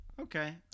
Okay